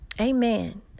Amen